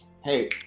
Hey